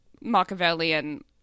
machiavellian